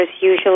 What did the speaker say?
usually